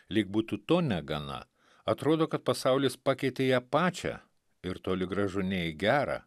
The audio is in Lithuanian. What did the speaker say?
lyg būtų to negana atrodo kad pasaulis pakeitė ją pačią ir toli gražu ne į gera